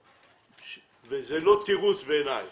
וזה לא תירוץ בעיניי